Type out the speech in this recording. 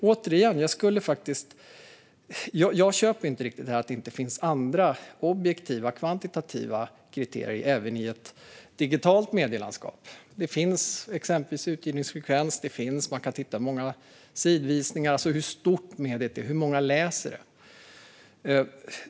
Återigen: Jag köper inte riktigt att det inte finns andra, objektiva och kvantitativa kriterier även i ett digitalt medielandskap. Det finns exempelvis utgivningsfrekvens. Man kan titta på hur många sidvisningar som sker, alltså hur stort mediet är och hur många som läser det.